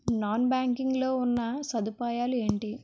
Non banking లో ఉన్నా సదుపాయాలు ఎంటి?